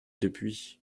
depuis